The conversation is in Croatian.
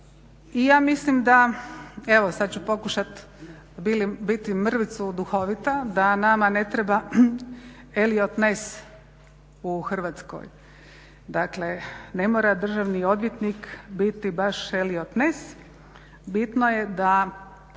i ja mislim da evo sad ću pokušati biti mrvicu duhovita, da nama ne treba Elliot Ness u Hrvatskoj. Dakle, ne mora državni odvjetnik biti baš Elliot Ness, bitno je da